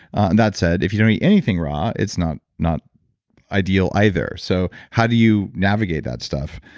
and that said, if you don't eat anything raw, it's not not ideal either. so how do you navigate that stuff?